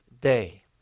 day